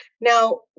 Now